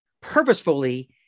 purposefully